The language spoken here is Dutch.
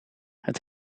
het